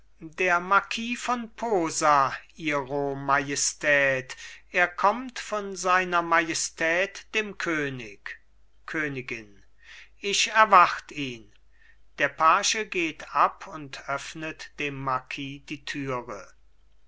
der marquis von posa ihre majestät er kommt von seiner majestät dem könig königin ich erwart ihn der page geht ab und öffnet dem marquis die türe